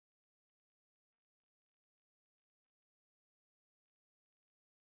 and on that house there's a poster with a honey bee